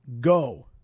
go